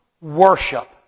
worship